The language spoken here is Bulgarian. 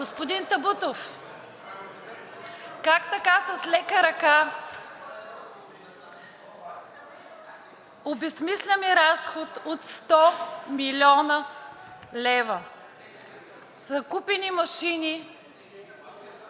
Господин Табутов, как така с лека ръка обезсмисляме разход от 100 млн. лв. с купени машини,